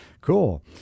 Cool